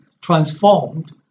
transformed